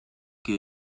que